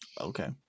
Okay